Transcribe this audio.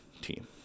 team